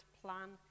plan